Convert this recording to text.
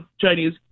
Chinese